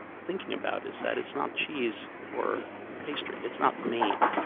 thinking about is that it's not cheese or pastry it's not made.